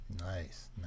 Nice